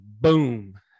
boom